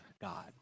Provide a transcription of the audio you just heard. God